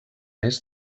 més